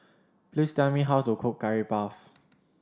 please tell me how to cook Curry Puff